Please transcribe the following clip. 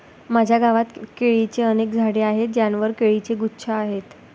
माझ्या गावात केळीची अनेक झाडे आहेत ज्यांवर केळीचे गुच्छ आहेत